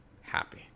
happy